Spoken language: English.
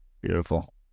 beautiful